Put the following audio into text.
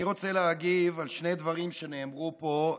אני רוצה להגיב על שני דברים שנאמרו פה,